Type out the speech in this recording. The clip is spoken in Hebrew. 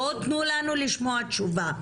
בואו תנו לנו לשמוע תשובה.